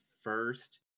first